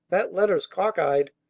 that letter's cock-eyed.